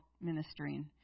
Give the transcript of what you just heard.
ministering